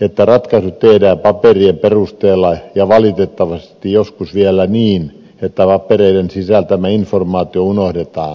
että ratkaisut tehdään paperien perusteella ja valitettavasti joskus vielä niin että papereiden sisältämä informaatio unohdetaan